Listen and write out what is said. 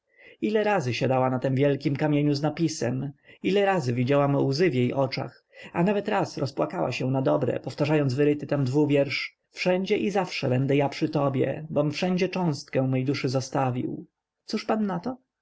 ile razy siadała na tym wielkim kamieniu z napisem ile razy widziałam łzy w jej oczach a nawet raz rozpłakała się nadobre powtarzając wyryty tam dwuwiersz wszędzie i zawsze będę ja przy tobie bom wszędzie cząstkę mej duszy zostawił cóż pan nato co